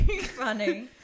funny